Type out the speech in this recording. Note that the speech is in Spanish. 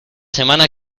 semana